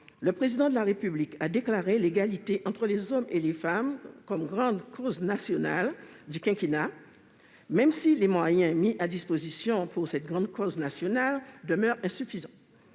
le Président de la République a déclaré l'égalité entre les hommes et les femmes grande cause nationale du quinquennat, même si les moyens mis à disposition pour cette grande cause nationale demeurent insuffisants.